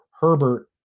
Herbert